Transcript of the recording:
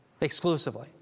Exclusively